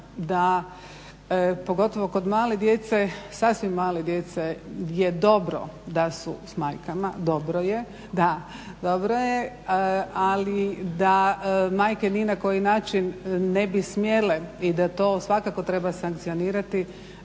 da pogotovo kod male djece sasvim male djece je dobro da su s majkama, dobro je da ali da majke ni na koji način ne bi smjele i da to treba svakako sankcionirati